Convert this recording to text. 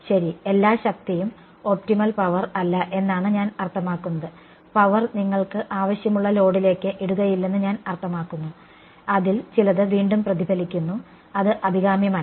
ശരി എല്ലാ ശക്തിയും ഒപ്റ്റിമൽ പവർ അല്ല എന്നാണ് ഞാൻ അർത്ഥമാക്കുന്നത് പവർ നിങ്ങൾക്ക് ആവശ്യമുള്ള ലോഡിലേക്ക് ഇടുകയില്ലെന്ന് ഞാൻ അർത്ഥമാക്കുന്നു അതിൽ ചിലത് വീണ്ടും പ്രതിഫലിക്കുന്നു അത് അഭികാമ്യമല്ല